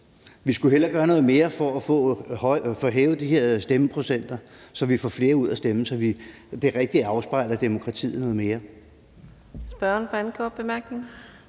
Vi skulle hellere gøre noget mere for at få hævet de her stemmeprocenter, så vi får flere ud at stemme, så det afspejler demokratiet noget mere.